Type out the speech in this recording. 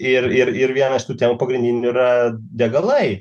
ir ir ir viena iš tų temų pagrindinių yra degalai